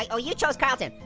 ah oh you chose carlton.